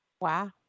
Wow